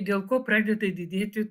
dėl ko pradeda didėti